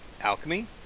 alchemy